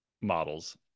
models